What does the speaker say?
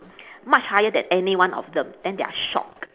much higher than anyone of them then they are shocked